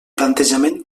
plantejament